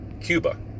Cuba